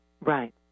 Right